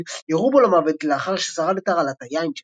ירו בו למוות לאחר ששרד את הרעלת היין שלו.